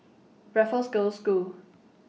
Raffles Girls' School